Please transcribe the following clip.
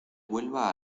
vuelva